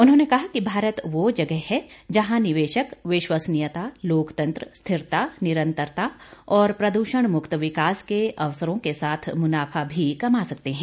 उन्होंने कहा कि भारत वह जगह है जहां निवेशक विश्वसनीयता लोकतंत्र स्थिरता निरंतरता और प्रद्षण मुक्त विकास के अवसरों के साथ मुनाफा भी कमा सकते हैं